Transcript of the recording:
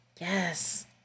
Yes